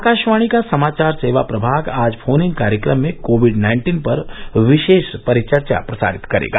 आकाशवाणी का समाचार सेवा प्रभाग आज फोन इन कार्यक्रम में कोविड नाइन्टीन पर विशेष परिचर्चा प्रसारित करेगा